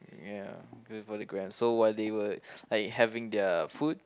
ya do it for the gram so while they were like having their food